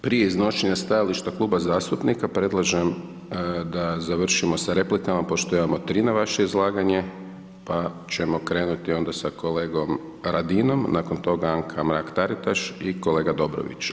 Prije iznošenja stajališta kluba zastupnika, predlažem da završimo sa replikama, pošto imamo 3 na vaše izlaganje, pa ćemo onda krenuti sa kolegom Radinom, nakon toga Anka Mrak Taritaš i kolega Dobrović.